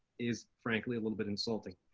is frankly a little bit insulting.